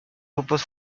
grupos